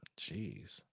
Jeez